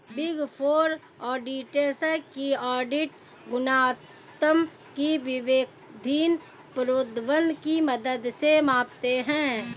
big four auditors की audit गुणवत्ता को विवेकाधीन प्रोद्भवन की मदद से मापते हैं